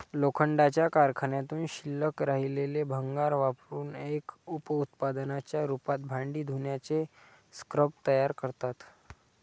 लोखंडाच्या कारखान्यातून शिल्लक राहिलेले भंगार वापरुन एक उप उत्पादनाच्या रूपात भांडी धुण्याचे स्क्रब तयार करतात